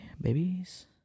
babies